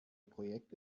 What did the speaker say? projekt